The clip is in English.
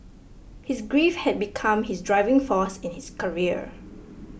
his grief had become his driving force in his career